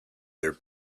their